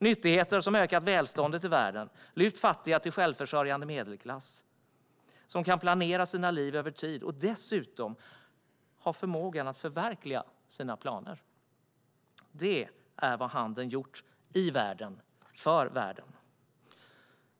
Den har ökat välståndet i världen och lyft upp fattiga till självförsörjande medelklass. Nu kan de planera sina liv över tid och har dessutom förmågan att förverkliga sina planer. Det är vad handeln har gjort i världen och för världen.